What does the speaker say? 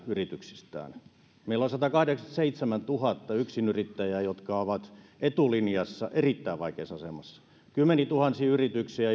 yrityksistään meillä on satakahdeksankymmentäseitsemäntuhatta yksinyrittäjää jotka ovat etulinjassa erittäin vaikeassa asemassa kymmeniätuhansia yrityksiä